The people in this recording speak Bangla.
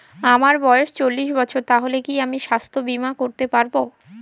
আমার বয়স চল্লিশ বছর তাহলে কি আমি সাস্থ্য বীমা করতে পারবো?